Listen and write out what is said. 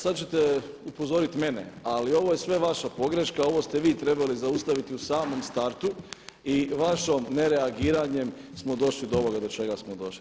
Sad ćete upozoriti mene ali ovo je sve vaša pogreška, ovo ste vi trebali zaustaviti u samom startu i vašim nereagiranjem smo došli do ovoga do čega smo došli.